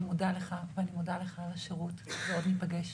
אני מודה לך ואני מודה לך על השירות, ועוד ניפגש.